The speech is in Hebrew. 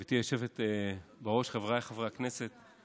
גברתי היושבת בראש, חבריי חברי הכנסת,